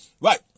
right